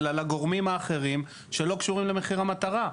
על הגורמים האחרים שלא קשורים למחיר המטרה.